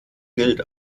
gilt